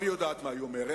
והיא יודעת מה היא אומרת.